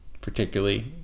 particularly